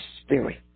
Spirit